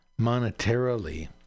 monetarily